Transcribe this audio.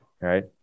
right